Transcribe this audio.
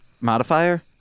modifier